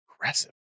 aggressive